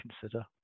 consider